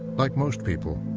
like most people,